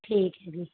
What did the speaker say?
ਠੀਕ ਹੈ ਜੀ